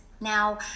Now